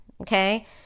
okay